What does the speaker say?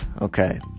Okay